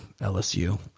LSU